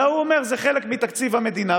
אלא הוא אומר: זה חלק מתקציב המדינה,